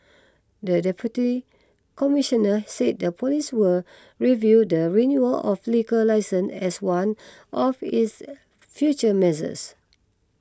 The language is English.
the Deputy Commissioner said the police will review the renewal of liquor licences as one of its future measures